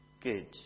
good